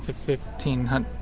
fifteen hun.